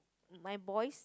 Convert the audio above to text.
my boy